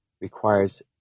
requires